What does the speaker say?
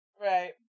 Right